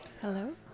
Hello